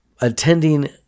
attending